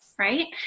Right